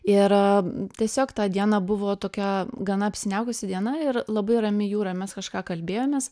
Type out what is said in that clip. ir tiesiog tą dieną buvo tokia gana apsiniaukusi diena ir labai rami jūra mes kažką kalbėjomės